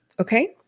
Okay